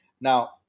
Now